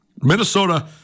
Minnesota